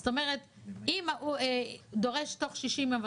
זאת אומרת אם דורש תוך 60 יום,